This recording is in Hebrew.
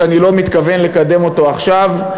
שאני לא מתכוון לקדם אותו עכשיו,